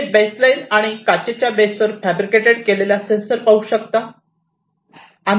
तुम्ही बेसलाईन आणि काचेच्या बेस वर फॅब्रिकॅटेड केलेला सेंसर पाहू शकता